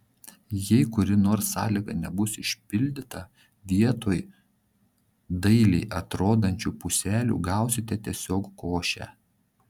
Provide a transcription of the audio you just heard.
jei kuri nors sąlyga nebus išpildyta vietoj dailiai atrodančių puselių gausite tiesiog košę